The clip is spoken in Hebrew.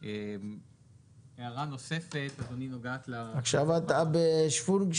זה ממש לא טכני, אגב, זה הליבה של